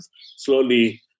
slowly